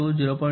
2 0